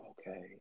Okay